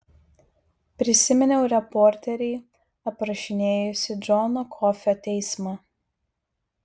prisiminiau reporterį aprašinėjusį džono kofio teismą